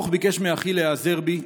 ברוך ביקש מאחי להיעזר בי,